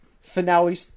finale